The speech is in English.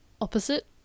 opposite